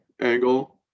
angle